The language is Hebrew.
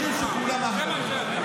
שאתם חושבים שכולם אהבלים.